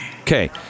Okay